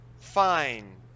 fine